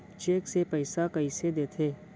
Cheque से पइसा कइसे देथे?